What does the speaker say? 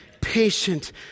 Patient